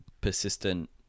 persistent